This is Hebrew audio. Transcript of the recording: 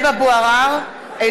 חבר הכנסת ביטן,